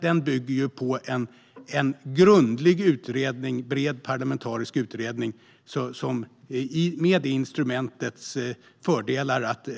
Den bygger på en grundlig och bred parlamentarisk utredning med det instrumentets fördelar att